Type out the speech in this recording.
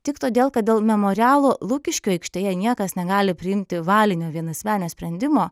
tik todėl kad dėl memorialo lukiškių aikštėje niekas negali priimti valinio vienasmenio sprendimo